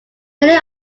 many